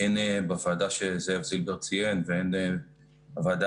הן בוועדה שזאב זילבר ציין והן בוועדה